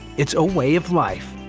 it's a way of life.